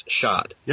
shot